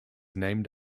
named